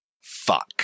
fuck